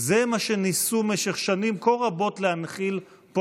זה מה שניסו במשך שנים כה רבות להנחיל פה